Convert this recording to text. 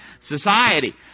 society